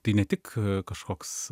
tai ne tik kažkoks